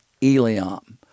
Eliam